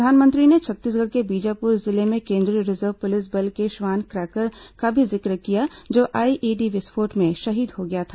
प्रधानमंत्री ने छत्तीसगढ़ के बीजापुर जिले में केंद्रीय रिजर्व पुलिस बल के श्वान क्रैकर का भी जिक्र किया जो आईईडी विस्फोट में शहीद हो गया था